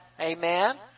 amen